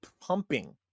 pumping